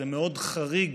זה מאוד חריג